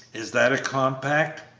is that a compact?